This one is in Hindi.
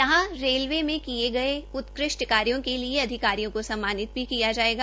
यहां पर रेलवे में किए गए उत्कृष्ट कार्यो के लिए अधिकारियों को सम्मानित भी किया जाएगा